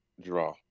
draw